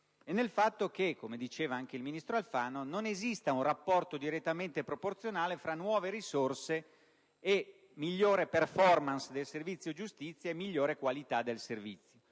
e nel fatto che - come diceva anche il ministro Alfano - non esista un rapporto direttamente proporzionale fra nuove risorse, migliore *performance* del servizio giustizia e migliore qualità del servizio.